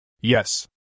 Yes